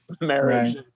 marriage